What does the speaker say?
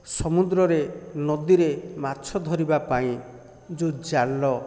ସମୁଦ୍ରରେ ନଦୀରେ ମାଛ ଧରିବା ପାଇଁ ଯେଉଁ ଜାଲ